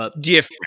Different